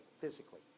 physically